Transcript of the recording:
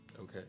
Okay